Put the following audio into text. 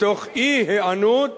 מתוך אי-היענות